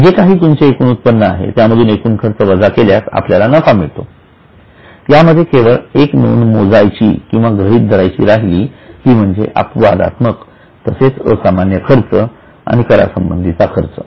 जे काही तुमचे एकूण उत्पन्न आहे त्यामधून एकूण खर्च वजा केल्यास आपल्याला नफा मिळतो यामध्ये केवळ एक नोंद मोजायची किंवा गृहीत धरायची राहिली ती म्हणजे अपवादात्मक तसेच असामान्य खर्च आणि करसंबधीचा खर्च